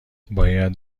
باید